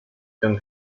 can